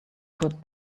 put